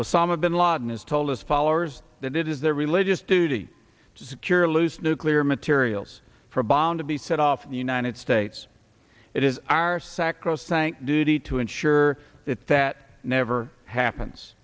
osama bin laden has told his followers that it is their religious duty to secure loose nuclear materials for a bomb to be set off in the united states it is our sacrosanct duty to ensure that that never happens